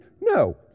No